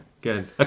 good